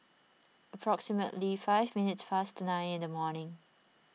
approximately five minutes past nine in the morning